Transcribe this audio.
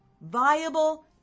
viable